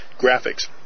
Graphics